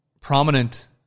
prominent